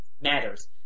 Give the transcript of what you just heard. matters